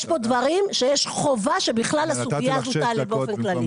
יש דברים שיש חובה שהסוגיה הזו תעלה באופן כללי.